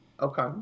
Okay